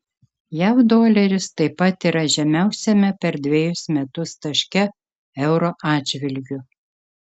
jav doleris taip pat yra žemiausiame per dvejus metus taške euro atžvilgiu